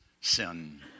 sin